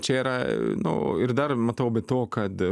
čia yra nu ir dar matau be to kad